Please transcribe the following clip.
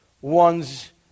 one's